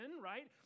right